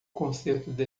concerto